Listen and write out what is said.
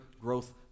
growth